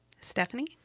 Stephanie